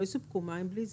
לא יסופקו מים בלי זה.